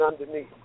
underneath